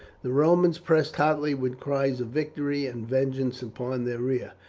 the romans pressing hotly with cries of victory and vengeance upon their rear.